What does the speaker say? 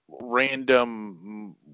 random